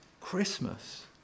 Christmas